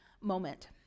moment